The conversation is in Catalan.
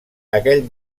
aquell